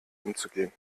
umzugehen